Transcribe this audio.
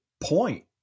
point